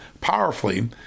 powerfully